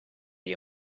you